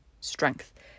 strength